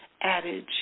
adage